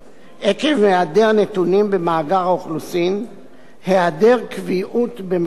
במאגר האוכלוסין והיעדר קביעות במקומות מגורים ותעסוקה,